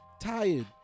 tired